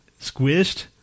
Squished